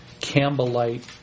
Campbellite